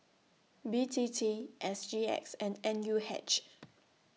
B T T S G X and N U H